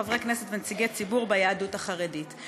חברי כנסת ונציגי ציבור ביהדות החרדית.